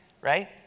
right